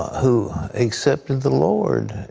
who accepted the lord.